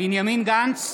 בנימין גנץ,